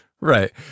Right